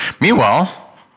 Meanwhile